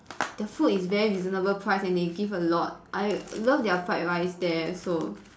the food is very reasonable price and they give a lot I love their fried rice there also